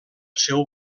seu